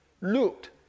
looked